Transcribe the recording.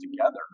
together